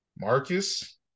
marcus